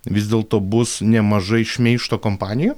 vis dėlto bus nemažai šmeižto kompanijų